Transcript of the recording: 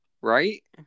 Right